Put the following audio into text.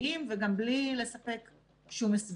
חיכיתי איתה ולא רציתי לשאול אותך,